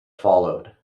followed